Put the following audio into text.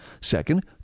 Second